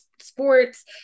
sports